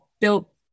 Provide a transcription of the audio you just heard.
built